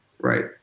right